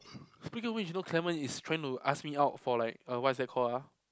speaking of which you know Clement is trying to ask me out for like uh what is that called ah